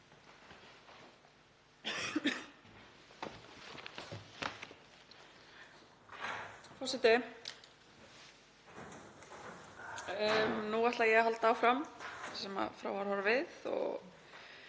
Forseti. Nú ætla ég að halda áfram þar sem frá var horfið og